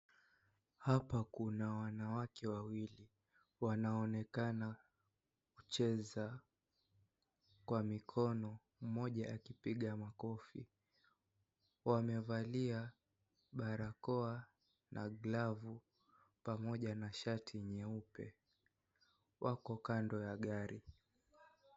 Hapa Kuna wanawake wawili, wanaonekana kucheza kwa mikono. Mmoja akipiga mokofi. Wamevalia barakoa na glavu pamoja na shati nyeupe. Wako kando ya gari.